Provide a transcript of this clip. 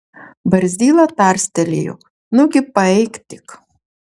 barzdyla tarstelėjo nugi paeik tik